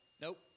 nope